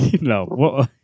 No